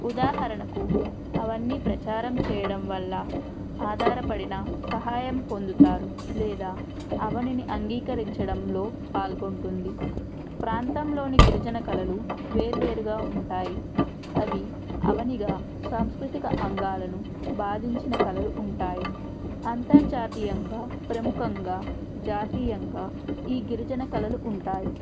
ఉదాహరణకు అవన్నీ ప్రచారం చేయడం వల్ల ఆధారపడిన సహాయం పొందుతారు లేదా అవనిని అంగీకరించడంలో పాల్గొంటుంది ప్రాంతంలోని గిరిజన కళలు వేర్వేరుగా ఉంటాయి అవి అవనిగా సంస్కృతిక అంగాలను భావించిన కళలు ఉంటాయి అంతర్జాతీయంగా ప్రముఖంగా జాతీయంగా ఈ గిరిజన కళలు ఉంటాయి